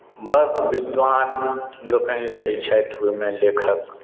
बड़ विद्वान लोकनि रहैत छथि ओहिमे लेखक